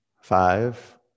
Five